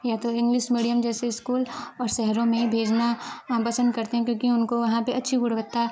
या तो English medium जैसे स्कूल और शहरों में भेजना पसंद करते हैं क्योंकि उनको वहाँ पर उनको अच्छी गुणवत्ता